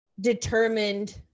determined